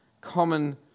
common